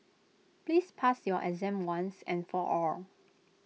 please pass your exam once and for all